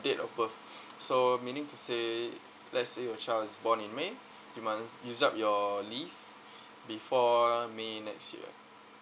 date of birth so meaning to say let's say your child is born in may you must use up your leave before may next year